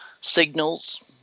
signals